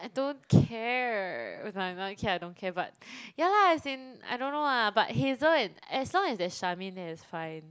I don't care like I don't care I don't care but ya lah as in I don't know lah but Hazel and as long as that Charmaine is there it's fine